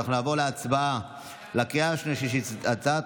אנחנו נעבור להצבעה בקריאה השנייה והשלישית על הצעת